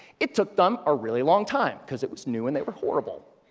it took them a really long time, cause it was new and they were horrible.